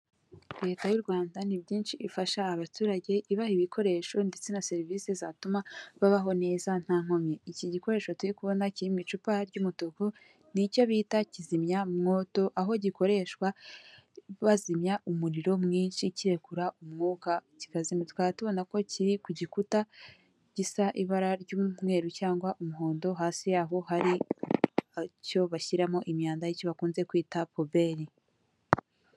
Leta y'u rwanda ni byinshi ifasha abaturage ibaha ibikoresho ndetse na serivisi zatuma babaho neza nta nkomyi ,iki gikoresho turi kubona kirimo icupa ry'umutuku nicyo bita kizimyamwoto aho gikoreshwa bazimya umuriro mwinshi kirekura umwuka kikazimya, tukaba tubona ko kiri ku gikuta gisa ibara ry'umweru cyangwa umuhondo hasi yaho haricyo bashyiramo imyanda aricyo bakunze kwita poubelle.